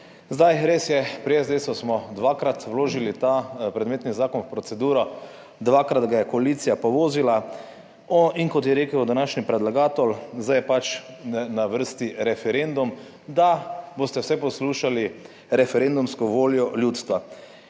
Zdaj, res je, pri SDS smo dvakrat vložili ta predmetni zakon v proceduro, dvakrat ga je koalicija povozila in kot je rekel današnji predlagatelj, zdaj je pač na vrsti referendum, da boste vsaj poslušali referendumsko voljo ljudstva.